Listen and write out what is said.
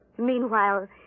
Meanwhile